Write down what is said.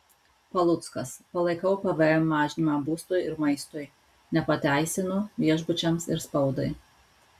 paluckas palaikau pvm mažinimą būstui ir maistui nepateisinu viešbučiams ir spaudai